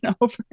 over